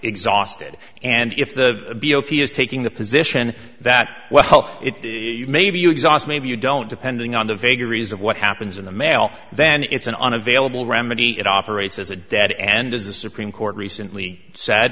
exhausted and if the b o p s taking the position that well it may be you exhaust maybe you don't depending on the vagaries of what happens in the mail then it's an unavailable remedy it operates as a dead end as the supreme court recently said